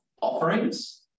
offerings